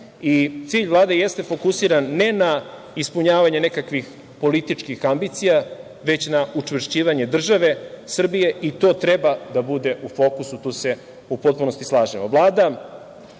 cilj Vlade jeste fokusiran ne na ispunjavanje nekakvih političkih ambicija, već na učvršćivanje države Srbije, i to treba da bude u fokusu, tu se u potpunosti slažemo. Ovo